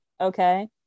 Okay